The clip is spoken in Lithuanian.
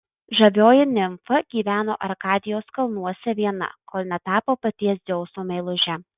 žavioji nimfa gyveno arkadijos kalnuose viena kol netapo paties dzeuso meiluže